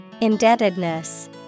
Indebtedness